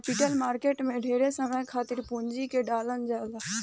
capital market में ढेरे समय खातिर पूंजी के डालल जाला